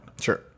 Sure